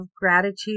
gratitude